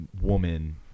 woman